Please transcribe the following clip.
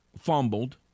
fumbled